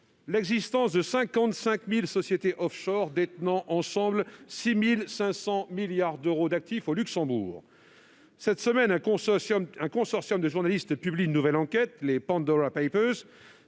l'existence de 55 000 sociétés offshore détenant 6 500 milliards d'euros d'actifs au Luxembourg. Cette semaine, un consortium de journalistes publie une nouvelle enquête, les- bien